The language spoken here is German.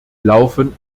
laufen